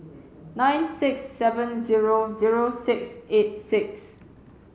nine six seven zero zero six eight six